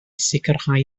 sicrhau